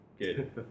Good